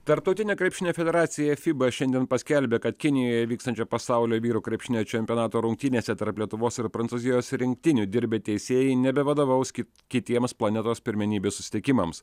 tarptautinė krepšinio federacija fiba šiandien paskelbė kad kinijoje vykstančio pasaulio vyrų krepšinio čempionato rungtynėse tarp lietuvos ir prancūzijos rinktinių dirbę teisėjai nebevadovaus kitiems planetos pirmenybių susitikimams